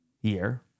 year